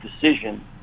decision